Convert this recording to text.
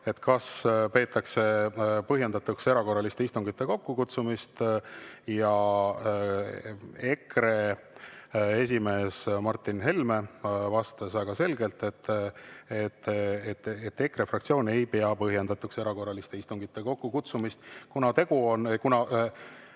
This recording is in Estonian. kas peetakse põhjendatuks erakorraliste istungite kokkukutsumist, ja EKRE esimees Martin Helme vastas aga selgelt, et EKRE fraktsioon ei pea põhjendatuks erakorraliste istungite kokkukutsumist. Kuna märkimisväärne